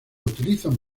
utilizan